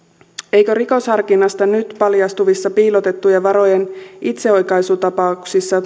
eikö rikosharkinnasta tulisi päättää nyt paljastuvissa piilotettujen varojen itseoikaisutapauksissa